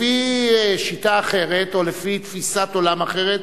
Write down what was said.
לפי שיטה אחרת, או לפי תפיסת עולם אחרת,